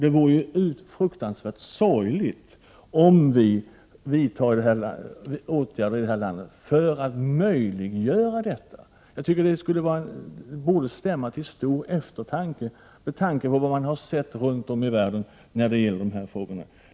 Det vore fruktansvärt sorgligt om vi här i landet vidtog åtgärder för att möjliggöra detta. Vad man har sett runt om i Prot. 1988/89:84 världen när det gäller de här sakerna borde, tycker jag, stämma till stor 20 mars 1989 eftertanke.